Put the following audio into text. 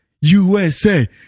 USA